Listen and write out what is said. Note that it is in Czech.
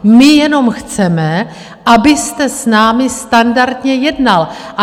My jenom chceme, abyste s námi standardně jednal.